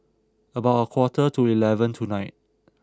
about a quarter to eleven tonight